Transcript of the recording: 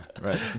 Right